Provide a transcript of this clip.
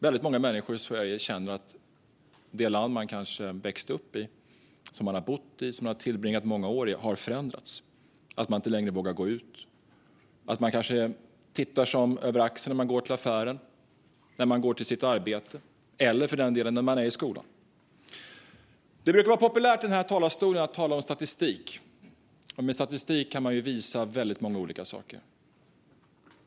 Väldigt många människor i Sverige känner att det land som man kanske har växt upp i, som man har bott i och som man har tillbringat många år i har förändrats, att man inte längre vågar gå ut och att man kanske tittar sig om över axeln när man går till affären, när man går till sitt arbete eller för den delen när man är i skolan. Det brukar vara populärt i denna talarstol att tala om statistik, och med statistik kan man visa väldigt många olika saker.